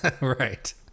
Right